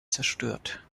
zerstört